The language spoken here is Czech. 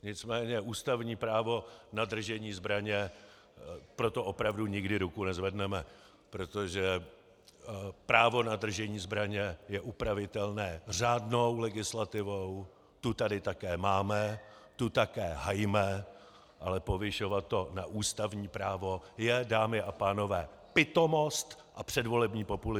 Nicméně ústavní právo na držení zbraně, pro to opravdu nikdy ruku nezvedneme, protože právo na držení zbraně je upravitelné řádnou legislativou, tu tady také máme, tu také hajme, ale povyšovat to na ústavní právo je, dámy a pánové, pitomost a předvolební populismus!